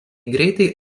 greitai